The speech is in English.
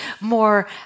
more